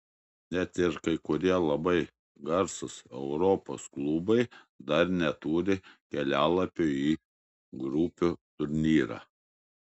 net ir kai kurie labai garsūs europos klubai dar neturi kelialapio į grupių turnyrą